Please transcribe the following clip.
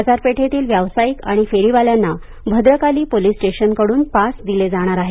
बाजारपेठेतील व्यावसायिक आणि फेरीवाल्यांना भद्रकाली पोलीस स्टेशनकडुन पास दिले जाणार आहेत